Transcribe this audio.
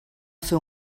fer